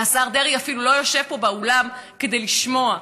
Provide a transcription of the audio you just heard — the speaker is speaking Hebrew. השר דרעי אפילו לא יושב פה באולם כדי לשמוע,